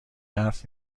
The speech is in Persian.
حرف